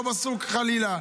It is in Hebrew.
לא --- חלילה.